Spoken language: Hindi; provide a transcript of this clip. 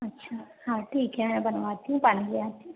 अच्छा हाँ ठीक है मैं बनवाती हूँ पानी ले आती हूँ